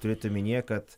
turėt omenyje kad